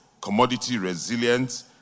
commodity-resilient